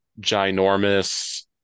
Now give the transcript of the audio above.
ginormous